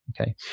okay